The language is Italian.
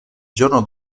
giorno